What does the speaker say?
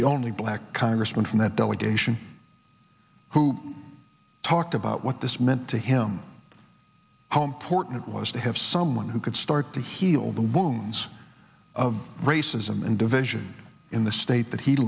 the only black congressman from that delegation who talked about what this meant to him how important it was to have someone who could start to heal the wounds of racism and division in the state that he